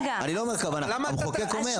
אני לא אומר כוונה, המחוקק אומר.